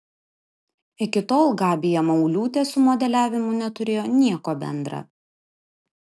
iki tol gabija mauliūtė su modeliavimu neturėjo nieko bendra